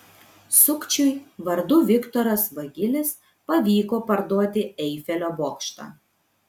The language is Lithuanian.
sukčiui vardu viktoras vagilis pavyko parduoti eifelio bokštą